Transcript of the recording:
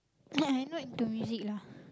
but I not into music lah